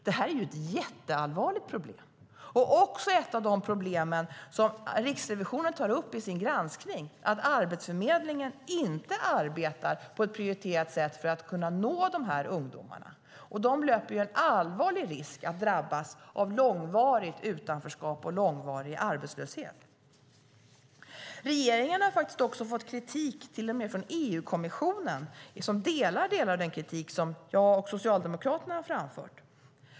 Detta är ett jätteallvarligt problem. Det är också ett av de problem som Riksrevisionen tar upp i sin granskning: att Arbetsförmedlingen inte arbetar på ett prioriterat sätt för att kunna nå dessa ungdomar. De löper en allvarlig risk att drabbas av långvarigt utanförskap och långvarig arbetslöshet. Regeringen har fått kritik till och med från EU-kommissionen, som instämmer i delar av den kritik som jag och Socialdemokraterna har framfört.